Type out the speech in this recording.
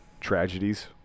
Tragedies